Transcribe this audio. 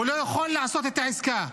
הוא לא יכול לעשות את העסקה.